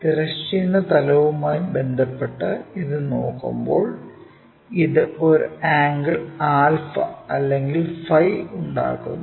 തിരശ്ചീന തലവുമായി ബന്ധപ്പെട്ട് ഇത് നോക്കുമ്പോൾ ഇത് ഒരു ആംഗിൾ ആൽഫ അല്ലെങ്കിൽ ഫൈ ഉണ്ടാക്കുന്നു